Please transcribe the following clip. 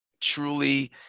truly